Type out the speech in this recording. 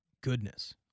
goodness